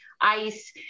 ice